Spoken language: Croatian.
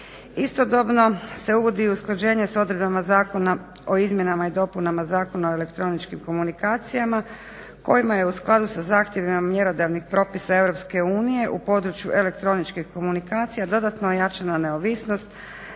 Istodobno se uvodi usklađenje sa odredbama Zakona o izmjenama i dopunama Zakona o elektroničkim komunikacijama kojima je u skladu sa zahtjevima mjerodavnih propisa EU u području elektroničkih komunikacija dodatno ojačana neovisnost,